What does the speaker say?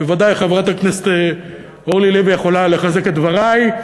בוודאי חברת הכנסת אורלי לוי יכולה לחזק את דברי,